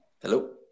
Hello